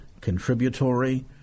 contributory